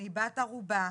אני בת ערובה,